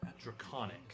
draconic